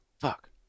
Fuck